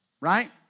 right